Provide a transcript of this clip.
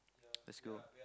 let's go